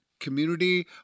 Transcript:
community